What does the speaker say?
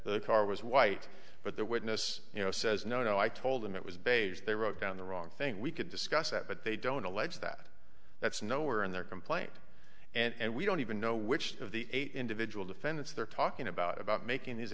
the car was white but the witness you know says no no i told him it was beige they wrote down the wrong thing we could discuss that but they don't allege that that's nowhere in their complaint and we don't even know which of the eight individual defendants they're talking about about making these